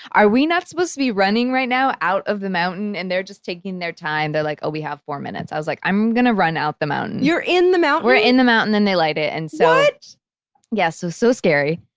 are we not supposed to be running right now out of the mountain? and they're just taking their time, they're like, oh, we have four minutes. i was like, i'mmm gonna run out the mountain. you're in the mountain! we're in the mountain and they light it. and so yeah so so scary.